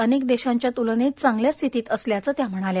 अनेक देशांच्या तुलनेत चांगल्या स्थितीत असल्याचं त्या म्हणाल्या